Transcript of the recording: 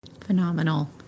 Phenomenal